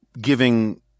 giving